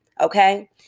okay